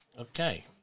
Okay